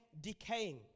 decaying